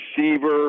receiver